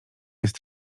jest